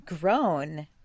grown